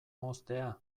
moztea